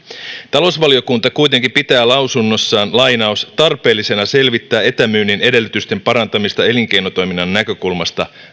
talousvaliokunta kuitenkin pitää lausunnossaan tarpeellisena selvittää etämyynnin edellytysten parantamista elinkeinotoiminnan näkökulmasta